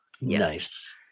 Nice